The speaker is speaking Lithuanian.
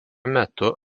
metu